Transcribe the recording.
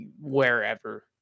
wherever